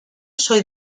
soy